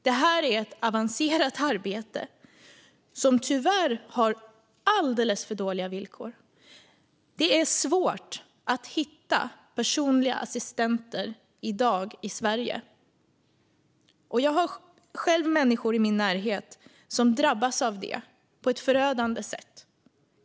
Det här är ett avancerat arbete som tyvärr har alldeles för dåliga villkor. Det är svårt att hitta personliga assistenter i Sverige i dag. Jag har själv människor i min närhet som drabbas av detta på ett förödande sätt.